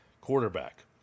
quarterback